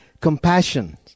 compassion